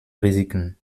risiken